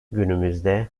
günümüzde